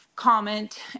comment